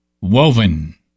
Woven